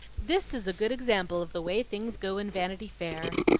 this is a good sample of the way things go in vanity fair.